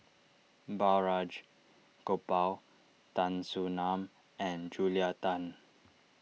Balraj Gopal Tan Soo Nan and Julia Tan